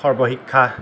সৰ্বশিক্ষা